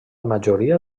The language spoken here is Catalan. majoria